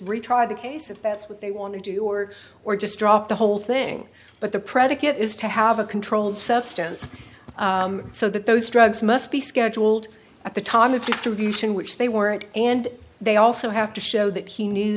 retry the case if that's what they want to do or or just drop the whole thing but the predicate is to have a controlled substance so that those drugs must be scheduled at the time of distribution which they weren't and they also have to show that he knew